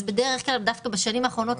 אז בדרך כלל דווקא בשנים האחרונות,